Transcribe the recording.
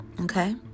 Okay